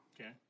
Okay